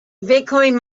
bitcoin